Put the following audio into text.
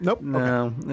Nope